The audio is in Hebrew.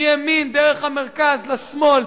מימין דרך המרכז לשמאל,